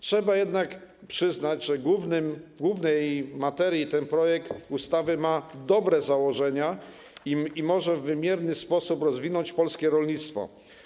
Trzeba jednak przyznać, że jeśli chodzi o główną materię, ten projekt ustawy ma dobre założenia i może w wymierny sposób rozwinąć polskie rolnictwo.